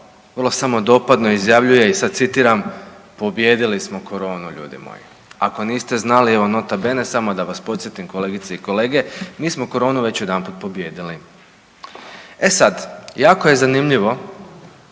vrlo samodopadno izjavljuje i sad citiram „pobijedili smo koronu ljudi moji“, ako niste znali evo nota bene samo da vas podsjetim kolegice i kolege, mi smo koronu već jedanput pobijedili. E sad, jako je zanimljivo